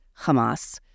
Hamas